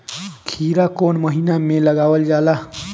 खीरा कौन महीना में लगावल जाला?